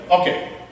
Okay